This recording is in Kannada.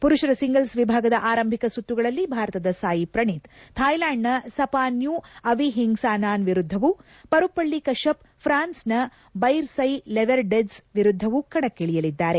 ಪುರುಷರ ಸಿಂಗಲ್ಸ್ ವಿಭಾಗದ ಆರಂಭಿಕ ಸುತ್ತುಗಳಲ್ಲಿ ಭಾರತದ ಸಾಯಿ ಪ್ರಣೀತ್ ಥಾಯ್ಲೆಂಡ್ನ ಸಪಾನ್ಯ ಅವಿಹಿಂಗ್ಲಾನಾನ್ ವಿರುದ್ಧವು ಪರುಪಳ್ಳಿ ಕಶ್ಶಪ್ ಪ್ರಾನ್ಸ್ನ ಬೈರ್ಸ್ ಲೆವರ್ಡೆಜ್ ವಿರುದ್ಧವು ಕಣಕ್ಕಿಳಿಯಲಿದ್ದಾರೆ